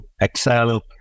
Excel